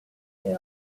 they